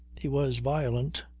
he was violent.